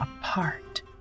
apart